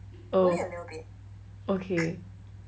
oh okay